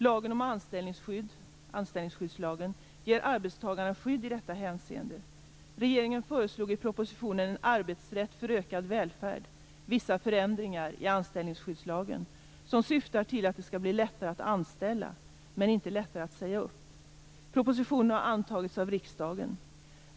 Lagen om anställningsskydd ger arbetstagarna skydd i detta hänseende. Regeringen föreslog i propositionen En arbetsrätt för ökad välfärd .